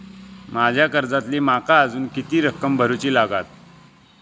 माझ्या कर्जातली माका अजून किती रक्कम भरुची लागात?